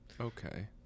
okay